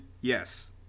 yes